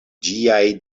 ĝiaj